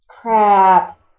Crap